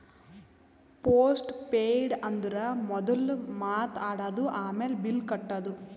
post paid ಅಂದುರ್ ಮೊದುಲ್ ಮಾತ್ ಆಡದು, ಆಮ್ಯಾಲ್ ಬಿಲ್ ಕಟ್ಟದು